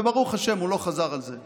וברוך השם הוא לא חזר על זה.